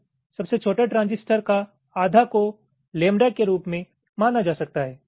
तो सबसे छोटा ट्रांजिस्टर का आधा को लैम्बडा के रूप में माना जा सकता है